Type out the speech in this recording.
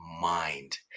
mind